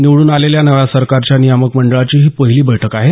निवडून आलेल्या नव्या सरकारच्या नियामक मंडळाची ही पहिली बैठक आहे